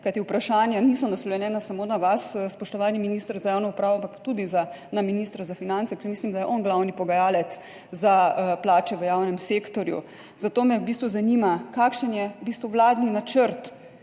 kajti vprašanja niso naslovljena samo na vas, spoštovani minister za javno upravo, ampak tudi na ministra za finance, ker mislim, da je on glavni pogajalec za plače v javnem sektorju. Zato me zanima: Kakšen je v bistvu vladni načrt